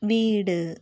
വീട്